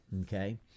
Okay